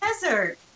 desert